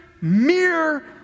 mere